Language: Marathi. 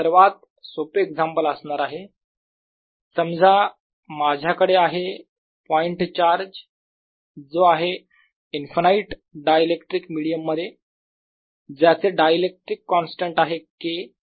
सर्वात सोपे एक्झाम्पल असणार आहे समजा माझ्याकडे आहे पॉईंट चार्ज जो आहे इनफिनाइट डायइलेक्ट्रिक मिडीयम मध्ये ज्याचे डायइलेक्ट्रिक कॉन्स्टंट आहे K